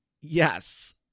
yes